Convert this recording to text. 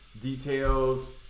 Details